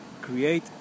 create